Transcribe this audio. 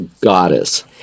goddess